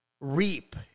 reap